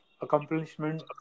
accomplishment